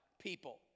People